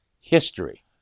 history